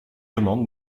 demande